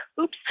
Oops